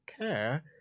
care